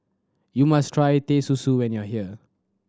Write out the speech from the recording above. you must try Teh Susu when you are here